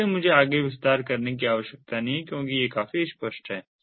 इसलिए मुझे आगे विस्तार करने की आवश्यकता नहीं है क्योंकि ये काफी स्पष्ट हैं